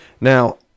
Now